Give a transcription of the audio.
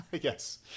Yes